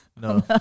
no